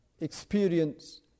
experience